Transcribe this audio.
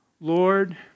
Lord